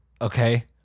Okay